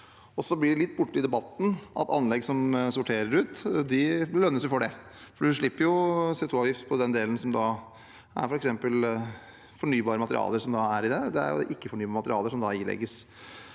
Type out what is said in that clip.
Det blir litt borte i debatten at anlegg som sorterer ut, belønnes for det, for de slipper CO2-avgift på den delen som da f.eks. er fornybare materialer. Det er ikke-fornybare materialer som ilegges